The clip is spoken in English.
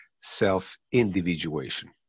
self-individuation